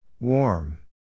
Warm